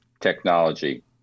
technology